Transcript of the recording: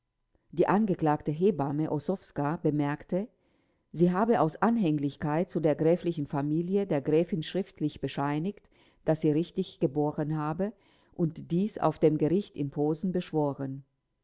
die angeklagte hebamme ossowska bemerkte sie habe aus anhänglichkeit zu der gräflichen familie der gräfin schriftlich bescheinigt daß sie richtig geboren habe und dies auch auf dem gericht in posen beschworen